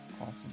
Awesome